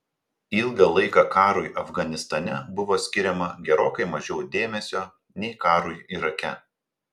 ilgą laiką karui afganistane buvo skiriama gerokai mažiau dėmesio nei karui irake